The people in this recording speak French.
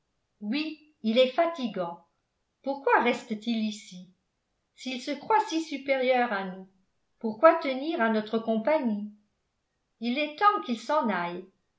oui il est fatigant pourquoi reste-t-il ici s'il se croit si supérieur à nous pourquoi tenir à notre compagnie il est temps qu'il s'en aille